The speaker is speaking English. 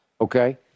Okay